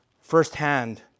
firsthand